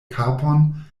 kapon